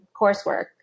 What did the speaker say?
coursework